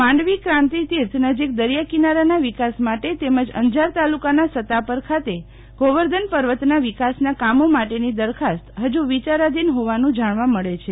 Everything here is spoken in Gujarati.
માંડવી કાંતિતીર્થ નજીક દરિયા કિનારાનાં વિકાસ માટે તેમજ અંજાર તાલુકાનાં સતાપર ખાતે ગોવર્ધનપૂર્વતનાં વિકાસનાં કામો માટેની દરખાસ્ત હજુ વિયારાધીન હોવાનું જાણવા મળે છે